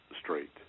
straight